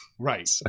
Right